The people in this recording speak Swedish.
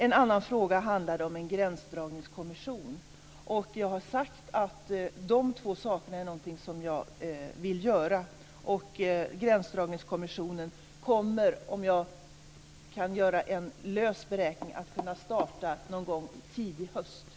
En annan fråga handlade om en gränsdragningskommission. Jag har sagt att jag vill göra dessa två insatser. Gränsdragningskommissionen kommer - om jag gör en lös beräkning - att kunna starta sitt arbete någon gång tidigt under hösten.